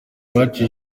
uwacu